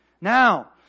Now